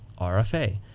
RFA